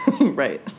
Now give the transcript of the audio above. Right